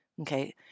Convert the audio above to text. Okay